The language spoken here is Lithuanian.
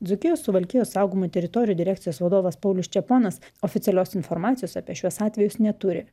dzūkijos suvalkijos saugomų teritorijų direkcijos vadovas paulius čeponas oficialios informacijos apie šiuos atvejus neturi